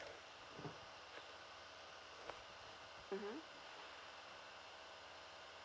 mmhmm